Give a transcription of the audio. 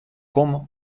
komme